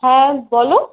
হ্যাঁ বলো